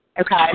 Okay